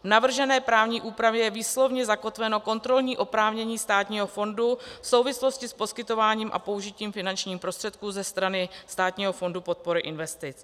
V navržené právní úpravě je výslovně zakotveno kontrolní oprávnění státního fondu v souvislosti s poskytováním a použitím finančních prostředků ze strany Státního fondu podpory investic.